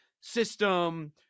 system